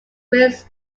great